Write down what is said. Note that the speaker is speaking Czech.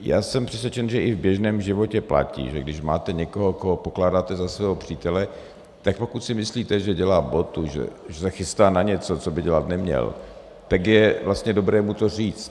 Já jsem přesvědčen, že i v běžném životě platí, že když máte někoho, koho pokládáte za svého přítele, tak pokud si myslíte, že dělá botu, že se chystá na něco, co by dělat neměl, tak je vlastně dobré mu to říct.